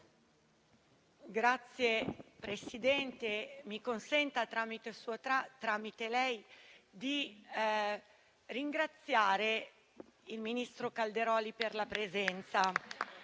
Signor Presidente, mi consenta, tramite lei, di ringraziare il ministro Calderoli per la presenza